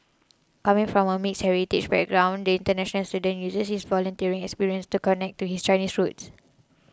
coming from a mixed heritage background the international student uses his volunteering experience to connect to his Chinese roots